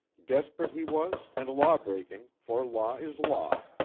desperate he was and lawbreaking, for law is law,